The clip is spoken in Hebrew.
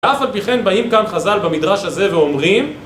ואף על פי כן באים כאן חז"ל במדרש הזה ואומרים